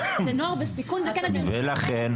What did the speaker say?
ולכן,